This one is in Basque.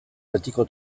betiko